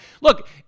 Look